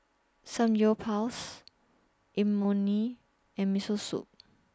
Samgyeopsal Imoni and Miso Soup